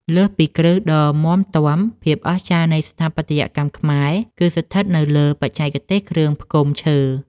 លើសពីគ្រឹះដ៏មាំទាំ ភាពអស្ចារ្យនៃស្ថាបត្យកម្មខ្មែរគឺស្ថិតនៅលើ បច្ចេកទេសគ្រឿងផ្គុំឈើ។